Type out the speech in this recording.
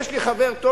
יש לי חבר טוב,